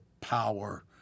power